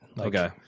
Okay